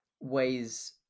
ways